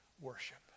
worship